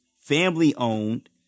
family-owned